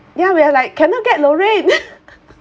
ya we are like cannot get lorraine